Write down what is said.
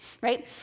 right